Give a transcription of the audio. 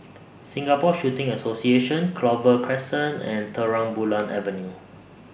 Singapore Shooting Association Clover Crescent and Terang Bulan Avenue